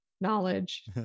knowledge